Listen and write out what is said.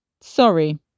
sorry